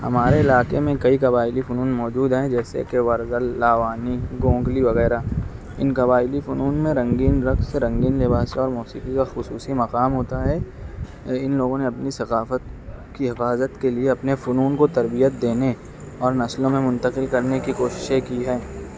ہمارے علاقے میں کئی قبائلی فنون موجود ہیں جیسے کہ ورگللا وانی گونگلی وغیرہ ان قبائلی فنون میں رنگین رقص رنگین لباس اور موسیقی کا خصوصی مقام ہوتا ہے ان لوگوں نے اپنی ثقافت کی حفاظت کے لیے اپنے فنون کو تربیت دینے اور نسلوں میں منتقل کرنے کی کوششیں کی ہیں